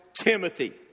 Timothy